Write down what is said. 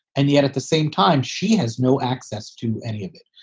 and yet, at the same time, she has no access to any of it.